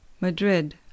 Madrid